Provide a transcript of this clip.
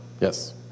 Yes